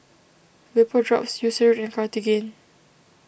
Vapodrops Eucerin and Cartigain